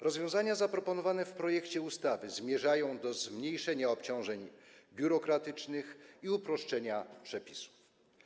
Rozwiązania zaproponowane w projekcie ustawy zmierzają do zmniejszenia obciążeń biurokratycznych i uproszczenia przepisów.